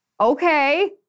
Okay